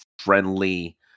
friendly